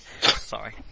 sorry